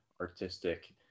artistic